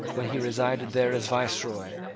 when he resided there as viceroy,